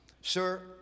sir